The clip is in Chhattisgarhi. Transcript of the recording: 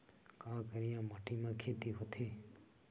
का करिया माटी म खेती होथे?